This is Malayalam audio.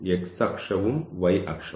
x അക്ഷവും y അക്ഷവും